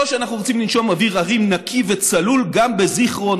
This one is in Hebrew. או שאנחנו רוצים לנשום אוויר הרים נקי וצלול גם בזיכרון,